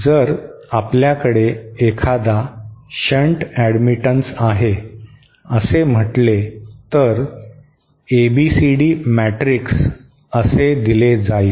जर आपल्याकडे एखादा शंट अॅडमिटन्स आहे असे म्हटले तर एबीसीडी मॅट्रिक्स असे दिले जाईल